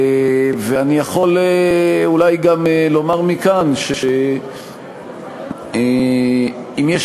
ואני יכול אולי גם לומר מכאן שאם יש